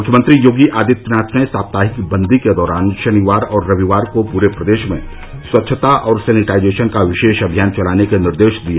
मुख्यमंत्री योगी आदित्यनाथ ने साप्ताहिक बन्दी के दौरान शनिवार और रविवार को पूरे प्रदेश में स्वच्छता और सैनिटाइजेशन का विशेष अभियान चलाने के निर्देश दिए